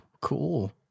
cool